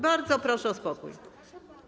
Bardzo proszę o spokój.